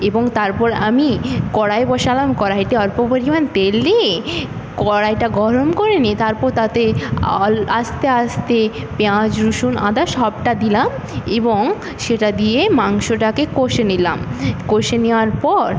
এবং তারপর আমি কড়ায় বসালাম কড়াইতে অল্প পরিমাণ তেল দিয়ে কড়াইটা গরম করে নিয়ে তারপর তাতে আস্তে আস্তে পেঁয়াজ রসুন আদা সবটা দিলাম এবং সেটা দিয়ে মাংসটাকে কষে নিলাম কষে নেওয়ার পর